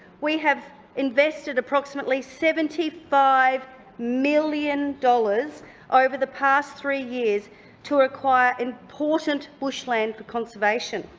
we have invested approximately seventy five million dollars over the past three years to acquire important bushland for conservation.